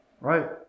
Right